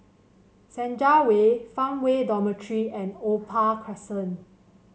Senja Way Farmway Dormitory and Opal Crescent